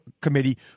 Committee